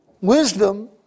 Wisdom